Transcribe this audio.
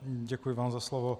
Děkuji vám za slovo.